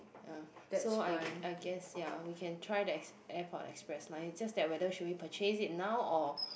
ya so I I guess ya we can try the airport express line just that should we purchase it now or